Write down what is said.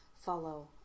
follow